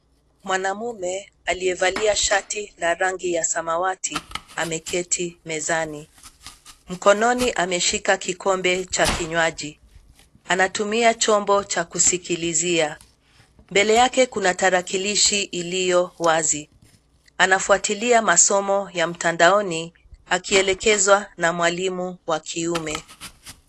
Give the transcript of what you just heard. Mwanamume aliyevalia shati la rangi ya samawati ameketi mezani. Mkononi ameshika kikombe cha kinywaji. Anatumia chombo cha kusikilizia. Mbele yake kuna tarakilishi iliyo wazi. Anafuatilia masomo ya mtandaoni, akielekezwa na mwalimu wa kiume.